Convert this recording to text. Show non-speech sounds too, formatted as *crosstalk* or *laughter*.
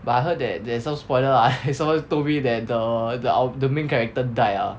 but I heard that there is some spoiler lah *laughs* someone told me that the the out~ the main character died ah